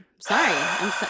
Sorry